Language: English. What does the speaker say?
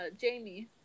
Jamie